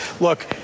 look